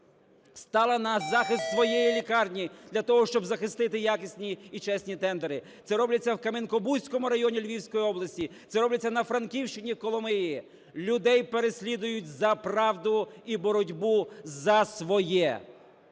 стала на захист своєї лікарні для того, щоб захистити якісні і чесні тендери. Це робиться в Кам'янка-Бузькому районі Львівської області, це робиться на Франківщині в Коломиї, людей переслідують за правду і боротьбу за своє.